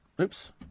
Oops